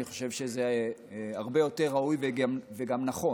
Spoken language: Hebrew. אני חושב שזה הרבה יותר ראוי וגם נכון.